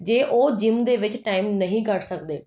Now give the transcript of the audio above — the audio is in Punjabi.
ਜੇ ਉਹ ਜਿਮ ਦੇ ਵਿੱਚ ਟਾਈਮ ਨਹੀਂ ਕੱਢ ਸਕਦੇ